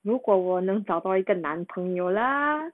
如果我能找到一个男朋友 lah